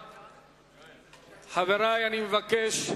חברי, אני מבקש: